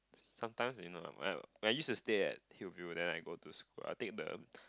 sometimes you know I'm when I used to stay at Hillview then I go to school I'll take the